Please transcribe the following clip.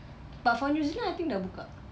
but for new zealand I think dah buka